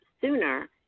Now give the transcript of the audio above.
sooner